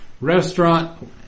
restaurant